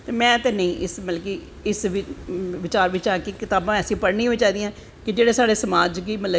ते में ते नी मतलव इस विचार बिच्च आं कि कतावां बैसियां पढ़नियां बी चाही दियां न कि जेह्ड़ी साढ़े समाझ़ गी मतलव कि